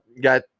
got